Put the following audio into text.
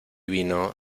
vino